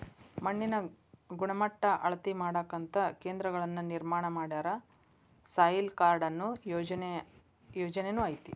ಮಣ್ಣಿನ ಗಣಮಟ್ಟಾ ಅಳತಿ ಮಾಡಾಕಂತ ಕೇಂದ್ರಗಳನ್ನ ನಿರ್ಮಾಣ ಮಾಡ್ಯಾರ, ಸಾಯಿಲ್ ಕಾರ್ಡ ಅನ್ನು ಯೊಜನೆನು ಐತಿ